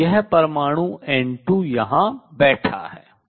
और यह परमाणु N2 यहाँ बैठा है